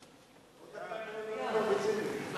עוד דקה הם היו מרביצים לי.